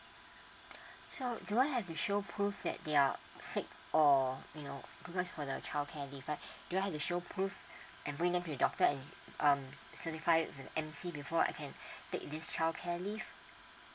so do I have to show proof that their sick or you know because for the childcare leave right do I have to show proof and bring it to the doctor and um certify the emcee before I can take this childcare leave